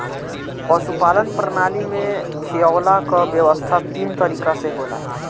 पशुपालन प्रणाली में खियवला कअ व्यवस्था तीन तरीके से होला